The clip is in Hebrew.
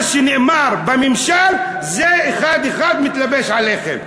מה שנאמר בממשל, זה אחד-אחד מתלבש עליכם.